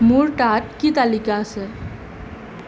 মোৰ তাত কি তালিকা আছে